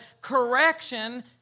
correction